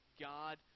God